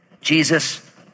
Jesus